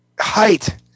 height